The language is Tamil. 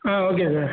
ah okay sir